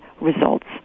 results